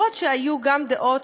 אומנם היו גם דעות,